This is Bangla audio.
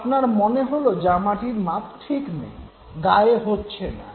আপনার মনে হল জামাটির মাপ ঠিক নেই গায়ে হচ্ছে না